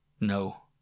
No